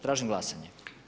Tražim glasanje.